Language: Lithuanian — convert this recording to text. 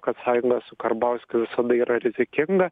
kad sąjunga su karbauskiu visada yra rizikinga